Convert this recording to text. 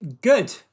Good